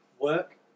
work